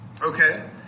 Okay